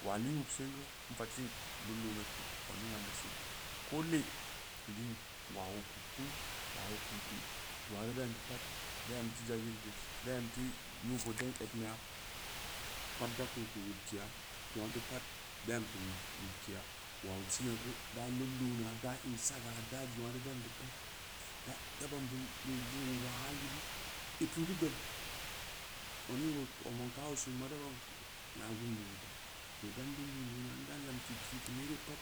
Waa lii wub sengu n fotfin leam leambe oduning amɓe see, ko lee, i lii waa oo wubku, waa oo kunu geu zongna deu daa neu pad da em teu zangirde da em nuu-bood dan egn beya pad da kum geu wab keya, zangna du pad da em keu wubkega waa wub sima geu da lod loona, da in saga, daa zangna deu doan bureu pad da do ban bin wuba ya yilu, i pi’u reu gbed odning, odmanka oo sinma da kai nya bin wuɓɓa, too da ood loona da lawke kin keu neere pad,